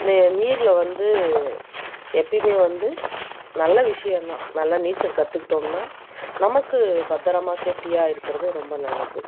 நெ நீரில் வந்து எப்பவுமே வந்து நல்ல விஷயம் தான் நல்லா நீச்சல் கற்றுக்கிட்டோம்னா நமக்கு பத்திரமா சேஃப்டியாக இருக்கிறது ரொம்ப நல்லது